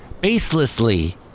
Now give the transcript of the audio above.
Baselessly